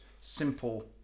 simple